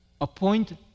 appoint